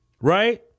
Right